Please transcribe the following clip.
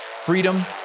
Freedom